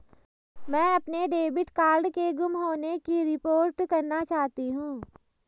मैं अपने debit card के गुम होने की रिपोर्ट करना चाहती हूँ